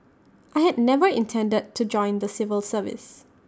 I had never intended to join the civil service